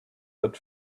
that